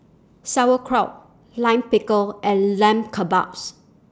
Sauerkraut Lime Pickle and Lamb Kebabs